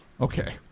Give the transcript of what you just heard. Okay